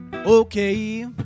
Okay